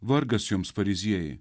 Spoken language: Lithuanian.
vargas jums fariziejai